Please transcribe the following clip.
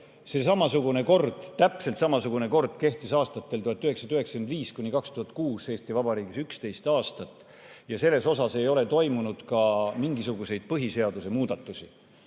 ole. Samasugune kord, täpselt samasugune kord kehtis aastatel 1995–2006 Eesti Vabariigis 11 aastat, selles ei ole toimunud ka mingisuguseid põhiseaduse muudatusi.